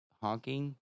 honking